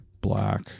black